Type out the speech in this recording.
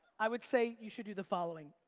i would say you should do the following.